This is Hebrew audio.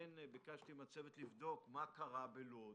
לכן ביקשתי מן הצוות לבדוק מה קרה בלוד,